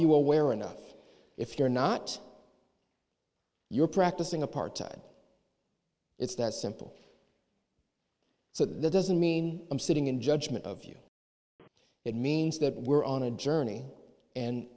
you aware enough if you're not you're practicing apartheid it's that simple so that doesn't mean i'm sitting in judgment of you it means that we're on a journey and